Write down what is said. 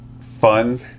fun